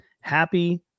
happy